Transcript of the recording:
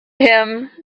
him